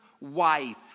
wife